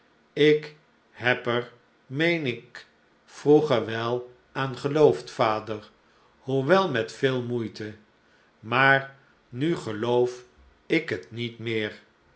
ik heb er meen ik vroeger wel aan geloofd vader hoewel met veel moeite maar nu geloof ik het niet meer